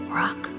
rock